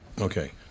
Okay